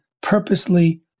purposely